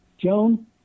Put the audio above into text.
Joan